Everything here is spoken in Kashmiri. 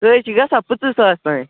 سُہ حظ چھِ گژھان پٕنٛژٕہ ساس تانۍ